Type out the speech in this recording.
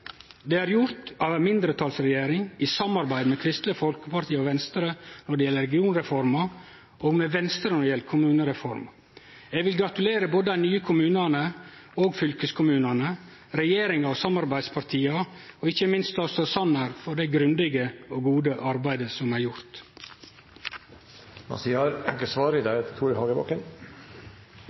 Det er gjort av ei mindretalsregjering i samarbeid med Kristeleg Folkeparti og Venstre når det gjeld regionreforma, og med Venstre når det gjeld kommunereforma. Eg vil gratulere både dei nye kommunane og dei nye fylkeskommunane, regjeringa og samarbeidspartia og ikkje minst statsråd Sanner for det grundige og gode arbeidet som er gjort. For oss i